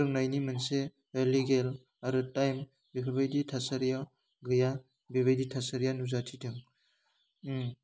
फोरोंनायनि मोनसे ओह लिगेल आरो टाइम बेफोरबायदि थासारिया गैया बेबायदि थासारिया नुजाथिदों ओम